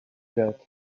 that